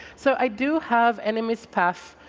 so i do have an my's path